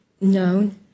known